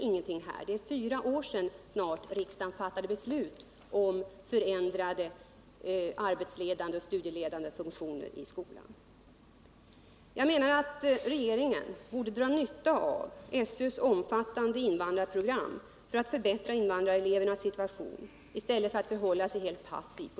Det är snart fyra år sedan riksdagen fattade beslut om en förändring av de arbetsledande och studieledande funktionerna i skolan. Jag menar att regeringen borde dra nytta av SÖ:s omfattande invandrarprogram för att förbättra invandrarelevernas situation i stället för att förhålla sig helt passiv.